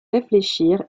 réfléchir